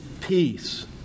peace